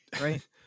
right